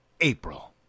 April